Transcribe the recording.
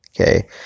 okay